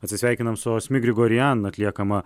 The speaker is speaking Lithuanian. atsisveikinam su asmik grigorian atliekama